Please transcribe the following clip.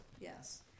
Yes